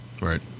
right